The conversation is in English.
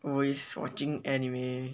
always watching anime